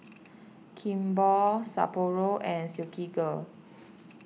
Kimball Sapporo and Silkygirl